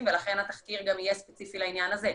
ולכן התחקיר גם יהיה ספציפי לעניין הזה.